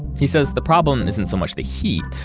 he says the problem isn't so much the heat,